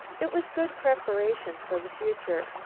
it was good preparation for the future.